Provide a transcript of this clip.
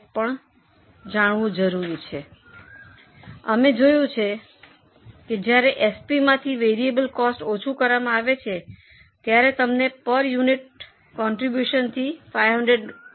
તેથી અમે જોયું છે કે જ્યારે એસપી માંથી વેરીએબલ કોસ્ટ ઓછું કરવામાં આવે છે ત્યારે તમને પર યુનિટ કોન્ટ્રીબ્યુશનથી 500 મળશે